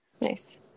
Nice